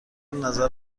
نظر